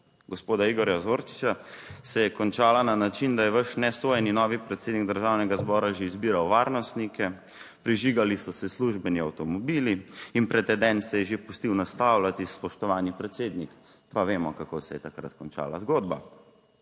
gospoda Igorja Zorčiča se je končala na način, da je vaš nesojeni novi predsednik Državnega zbora že izbiral varnostnike, prižigali so se službeni avtomobili in pretedent se je že pustil nastavljati, spoštovani predsednik, pa vemo kako se je takrat končala zgodba.